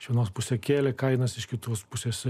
senos pusę kėlė kainas iš kitos pusės